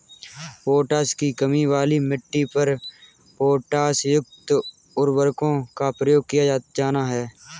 potash की कमी वाली मिट्टी पर पोटाशयुक्त उर्वरकों का प्रयोग किया जाना है